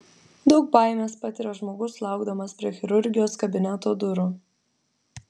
daug baimės patiria žmogus laukdamas prie chirurgijos kabineto durų